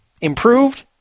improved